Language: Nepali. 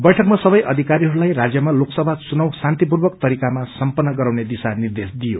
बैठकमा सबै अधिकारीहरूलाई राज्यमा लोकसभा चुनाव शान्तिपूर्वक तरीकामा सम्पन्न गराउने दिशा निर्देश दिइयो